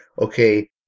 okay